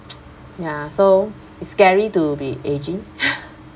ya so it's scary to be ageing